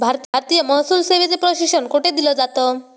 भारतीय महसूल सेवेचे प्रशिक्षण कोठे दिलं जातं?